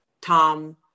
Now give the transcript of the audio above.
Tom